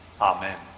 Amen